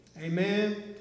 amen